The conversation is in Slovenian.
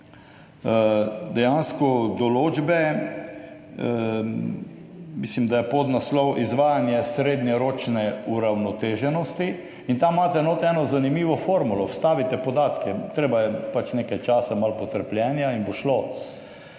dejansko določbe, mislim, da je podnaslov Izvajanje srednjeročne uravnoteženosti, in tam imate notri eno zanimivo formulo, vstavite podatke, treba je pač nekaj časa, malo potrpljenja in bo šlo.